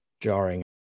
jarring